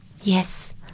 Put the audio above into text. Yes